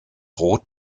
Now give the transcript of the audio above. rot